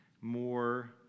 more